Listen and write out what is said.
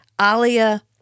Alia